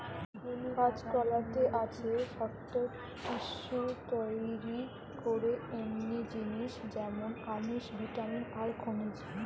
কাঁচকলাতে আছে শক্ত টিস্যু তইরি করে এমনি জিনিস যেমন আমিষ, ভিটামিন আর খনিজ